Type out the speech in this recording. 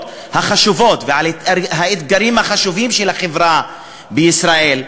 החשובות ועל האתגרים החשובים של החברה בישראל,